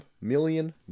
million